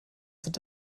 sind